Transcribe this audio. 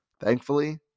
Thankfully